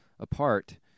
apart